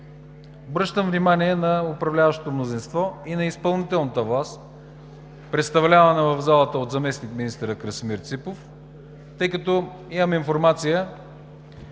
Обръщам внимание на управляващото мнозинство и на изпълнителната власт, представлявана в залата от заместник-министъра Красимир Ципов, тъй като имам информация,